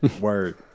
word